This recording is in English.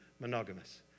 monogamous